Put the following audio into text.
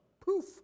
Poof